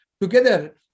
together